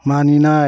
मानिनाय